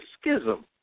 schism